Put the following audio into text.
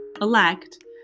elect